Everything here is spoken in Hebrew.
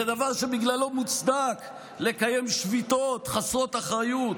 זה דבר שבגללו מוצדק לקיים שביתות חסרות אחריות?